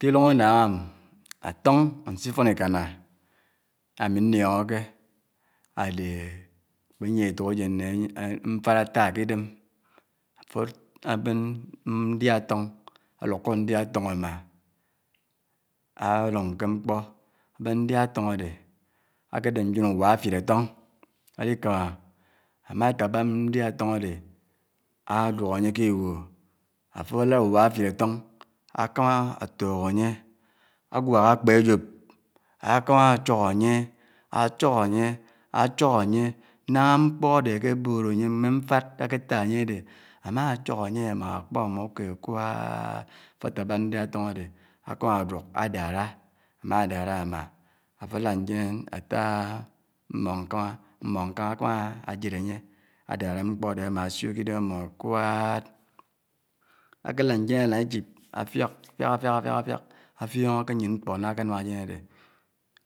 Kè ilòng ánnáng m, átòng ánsi don ikánná ámi nnliòngòkè ádèhè ákpè niè ètòkéyèn nè mfaad átá kidèm àfò ábèn ndià átòng álukò ndiá átòng ámi. Álòng kè mkpò bèn ndiá átòng ádè ákè dép ndièn uwáfid átòng ádi kámá ámátákpá ndià átòng ádè áduòk ányè kè igwò àfò àlàd uwátid átòng ákàmá átuuk ányè ágwák ákpè áyòp ákámá áchòk ányè áchòk ányè áchòk ányè nághá mkpò ádè ákè böd ányè ádè mè mfaad ákètan ányè ádè ámáchòk ámá ákpá má ukòd kwaaad àfò átákpá ndiá átòng ádè ákámá áduo ádaará ámádárá ámá àfò álád ndièn átá mmóng nkánghá mmóng nkánghá ákámá ájèd ányè ádárá mkpò ádè ámá ásiò kè idem ámò kwaad. Ákè làd ndièn álán isip áfiák àfiák áfiák áfiák áfiòngò kè áyén mkpò nà ákè nám ányè ádè